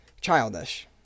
Childish